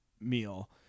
meal